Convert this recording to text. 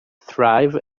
thrive